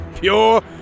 pure